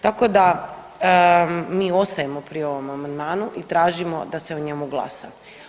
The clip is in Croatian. Tako da mi ostajemo pri ovom amandmanu i tražimo da se o njemu glasa.